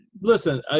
listen